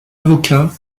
avocat